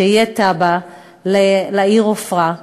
שתהיה תב"ע לעיר עפרה,